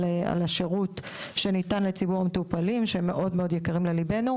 השירות שניתן לציבור המטופלים שהם מאוד יקרים לליבנו,